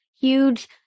huge